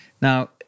Now